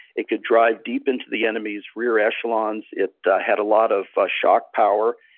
it could drive deep into the enemy's rear echelons. it had a lot of ah shock power.